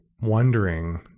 wondering